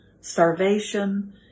starvation